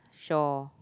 shore